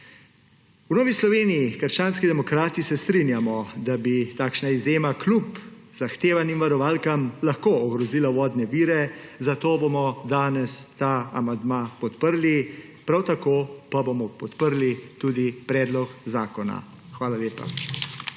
V Novi Sloveniji – krščanski demokrati se strinjamo, da bi takšna izjema kljub zahtevanim varovalkam lahko ogrozila vodne vire, zato bomo danes ta amandma podprli. Prav tako pa bomo podprli tudi predlog zakona. Hvala lepa.